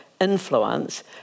influence